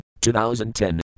2010